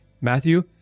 Matthew